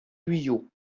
guyot